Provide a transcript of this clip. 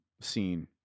scene